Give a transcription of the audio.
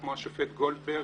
כמו השופט גולדברג,